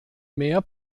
mehr